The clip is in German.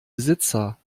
besitzer